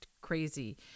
crazy